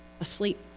Asleep